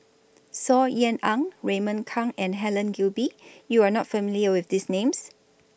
Saw Ean Ang Raymond Kang and Helen Gilbey YOU Are not familiar with These Names